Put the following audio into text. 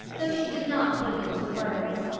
though she did not put it into words.